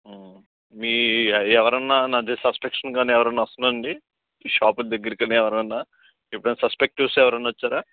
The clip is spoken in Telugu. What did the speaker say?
మీ ఎవరన్నా నాది సస్పెక్షన్ గానీ ఎవరన్నా వస్తున్నారా అండి షాప్కి దగ్గరకెళ్ళి ఎవరన్నా ఎప్పుడన్నా సస్పెక్టివ్స్ ఎవరన్నా వచ్చారా